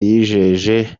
yijeje